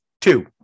Two